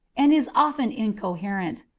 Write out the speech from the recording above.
and is often incoherent,